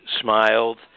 smiled